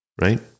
right